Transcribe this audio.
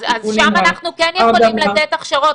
אז שם אנחנו כן יכולים לתת הכשרות,